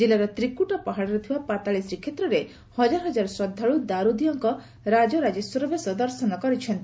ଜିଲ୍ଲାର ତ୍ରିକୁଟ ପାହାଡରେ ଥିବା ପାତାଳି ଶ୍ରୀକ୍ଷେତ୍ରରେ ହଜାର ହଜାର ଶ୍ରଦ୍ଧାଳୁ ଦାରୁଦିଅଁଙ୍କ ରାଜାରାଜେଶ୍ୱର ବେଶ ଦର୍ଶନ କରିଛନ୍ତି